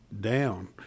down